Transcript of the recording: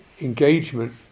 engagement